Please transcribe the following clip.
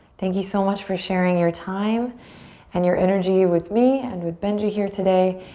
thank you so much for sharing your time and your energy with me and with benji here today.